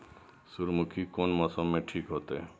सूर्यमुखी कोन मौसम में ठीक होते?